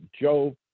Joe